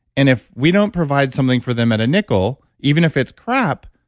and if we don't provide something for them at a nickel, even if it's crap,